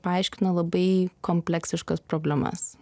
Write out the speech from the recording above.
paaiškina labai kompleksiškas problemas